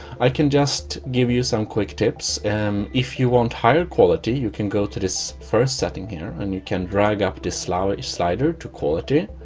i can just give you some quick tips if you want higher quality, you can go to this first setting here and you can drag up this large slider to quality